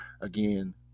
again